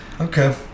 okay